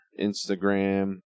Instagram